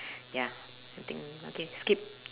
ya I think okay skip